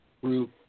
group